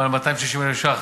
מעל 260 מיליון ש"ח